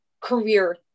career